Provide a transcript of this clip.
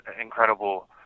incredible